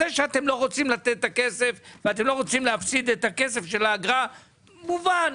זה שאתם לא רוצים לתת את הכסף ולהפסיד את הכסף של האגרה מובן.